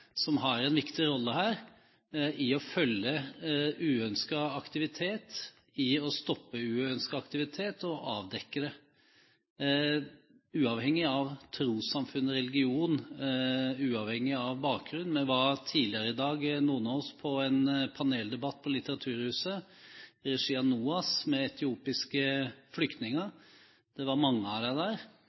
som har en viktig rolle her i å følge uønsket aktivitet, stoppe uønsket aktivitet og avdekke det – uavhengig av trossamfunn og religion, uavhengig av bakgrunn. Tidligere i dag var noen av oss på en paneldebatt på Litteraturhuset i regi av NOAS med etiopiske flyktninger. Det var mange av dem der.